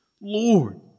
Lord